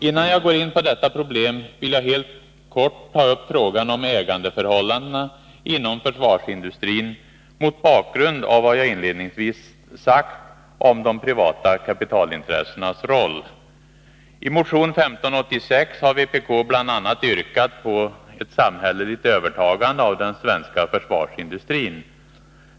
Innan jag går in på detta problem vill jag helt kort ta upp frågan om ägandeförhållandena inom försvarsindustrin mot bakgrund av vad jag inledningsvis sagt om de privata kapitalintressenas roll. I motion 1586 har vpk bl.a. yrkat på ett samhälleligt övertagande av den svenska försvarsindustrin.